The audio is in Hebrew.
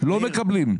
לא מקבלים.